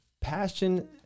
passion